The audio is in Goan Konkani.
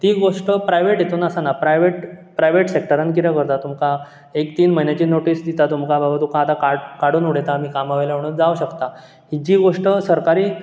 ती गोश्ट प्रायवेट हितून आसाना प्रायवेट प्रायवेट सॅक्टरान कितें करता तुमकां एक तीन म्हयन्याची नोटीस दिता तुमकां बाबा तुका आतां काड काडून उडयता आमी कामा वयले म्हणू जावं शकता ही जी गोश्ट सरकारी